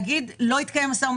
זה לא נכון להגיד שלא התקיים מו"מ,